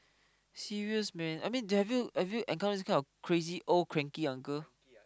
serious man I mean have you have you encounter this kind of crazy old cranky uncle